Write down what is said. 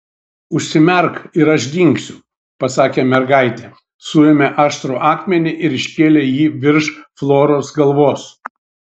užsimerk ir aš dingsiu pasakė mergaitė suėmė aštrų akmenį ir iškėlė jį virš floros galvos